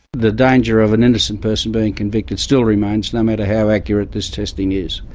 the danger of an innocent person being convicted still remains, no matter how accurate this testing is.